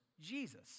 Jesus